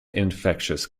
infectious